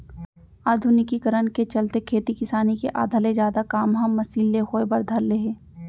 आधुनिकीकरन के चलते खेती किसानी के आधा ले जादा काम मन ह मसीन ले होय बर धर ले हे